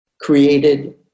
created